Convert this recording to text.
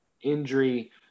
injury